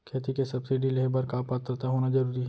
खेती के सब्सिडी लेहे बर का पात्रता होना जरूरी हे?